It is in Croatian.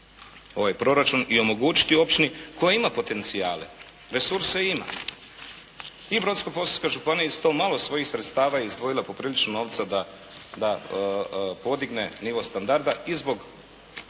ovaj proračun i omogućiti općini koja ima potencijale. Resurse ima. I Brodsko-posavska županija iz to malo svojih sredstava izdvojila je poprilično novca da podigne novo standarda i zbog